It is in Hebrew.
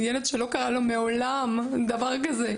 ילד שלא קרה לו מעולם דבר כזה.